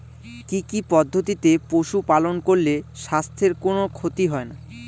কি কি পদ্ধতিতে পশু পালন করলে স্বাস্থ্যের কোন ক্ষতি হয় না?